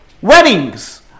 weddings